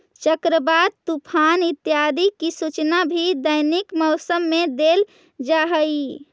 चक्रवात, तूफान इत्यादि की सूचना भी दैनिक मौसम में देल जा हई